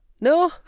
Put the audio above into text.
No